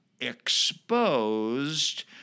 exposed